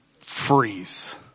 freeze